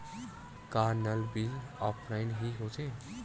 का नल bill offline हि होथे?